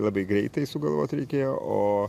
labai greitai sugalvot reikėjo o